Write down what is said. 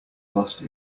lost